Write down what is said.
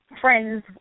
friends